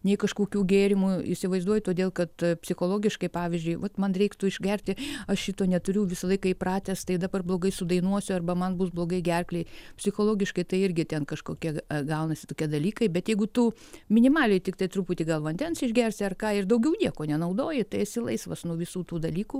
nei kažkokių gėrimų įsivaizduoji todėl kad psichologiškai pavyzdžiui vat man reiktų išgerti aš šito neturiu visą laiką įpratęs tai dabar blogai sudainuosiu arba man bus blogai gerklei psichologiškai tai irgi ten kažkokie gaunasi tokie dalykai bet jeigu tu minimaliai tiktai truputį gal vandens išgersi ar ką ir daugiau nieko nenaudoji tai esi laisvas nuo visų tų dalykų